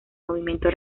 movimiento